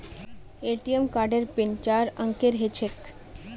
ATM कार्डेर PIN चार अंकेर ह छेक